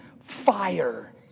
fire